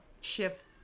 shift